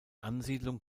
ansiedlung